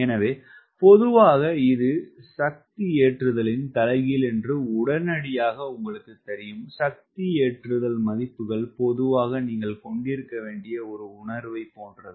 எனவே பொதுவாக இது சக்தி ஏற்றுதலின் தலைகீழ் என்று உடனடியாக உங்களுக்குத் தெரியும் சக்தி ஏற்றுதல் மதிப்புகள் பொதுவாக நீங்கள் கொண்டிருக்க வேண்டிய ஒரு உணர்வைப் போன்றது